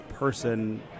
Person